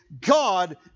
God